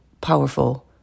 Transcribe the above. powerful